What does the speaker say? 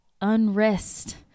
unrest